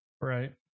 right